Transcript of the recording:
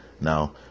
now